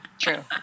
true